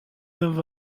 dans